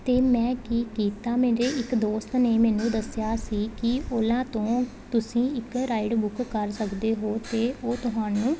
ਅਤੇ ਮੈਂ ਕੀ ਕੀਤਾ ਮੇਰੇ ਇੱਕ ਦੋਸਤ ਨੇ ਮੈਨੂੰ ਦੱਸਿਆ ਸੀ ਕਿ ਉਹਨਾਂ ਤੋਂ ਤੁਸੀਂ ਇੱਕ ਰਾਈਡ ਬੁੱਕ ਕਰ ਸਕਦੇ ਹੋ ਅਤੇ ਉਹ ਤੁਹਾਨੂੰ